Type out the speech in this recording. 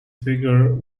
figure